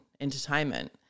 entertainment